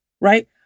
right